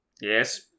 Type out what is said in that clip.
Yes